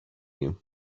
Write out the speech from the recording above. you